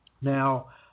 Now